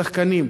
שחקנים,